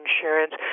insurance